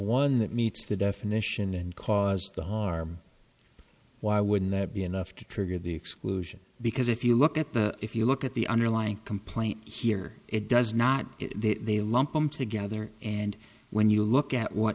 one that meets the definition and cause the harm why wouldn't that be enough to trigger the exclusion because if you look at the if you look at the underlying complaint here it does not they lump them together and when you look at what